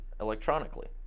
electronically